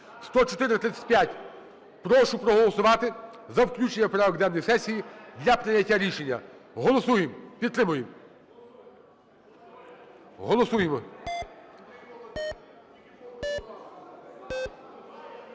(10435). Прошу проголосувати за включення в порядок денний сесії для прийняття рішення. Голосуємо, підтримуємо. Голосуємо.